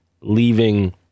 leaving